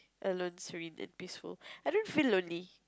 alone serene and peaceful I don't feel lonely